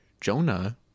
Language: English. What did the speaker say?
Jonah